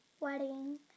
wedding